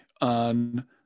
on